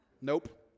Nope